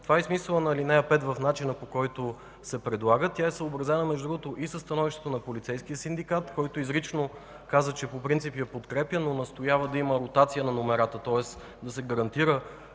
Това е смисълът на ал. 5 по начина, по който се предлага. Между другото, тя е съобразена и със становището на полицейския синдикат, който изрично каза, че по принцип я подкрепя, но настоява да има ротация на номерата, тоест да се гарантира